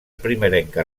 primerenca